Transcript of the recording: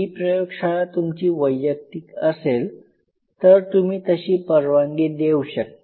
ही प्रयोगशाळा तुमची वैयक्तिक असेल तर तुम्ही तशी परवानगी देऊ शकता